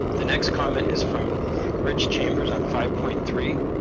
the next comment is from rich chambers on five point three.